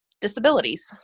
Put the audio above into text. disabilities